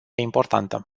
importantă